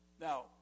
Now